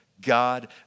God